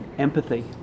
Empathy